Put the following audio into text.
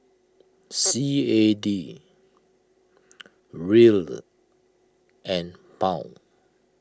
C A D Riel and Pound